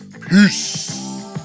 Peace